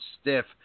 stiff